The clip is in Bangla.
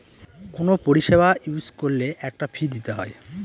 কোনো পরিষেবা ইউজ করলে একটা ফী দিতে হয়